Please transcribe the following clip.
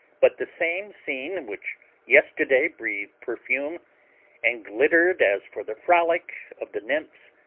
but the same scene which yesterday breathed perfume and glittered as for the frolic of the nymphs,